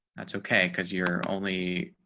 that's okay because you're only